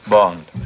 Bond